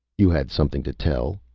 you had something to tell,